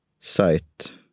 site